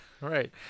right